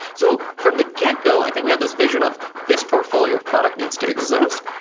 so from the get go, i think we had this vision of this portfolio of products needs to exist,